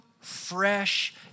fresh